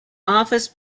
office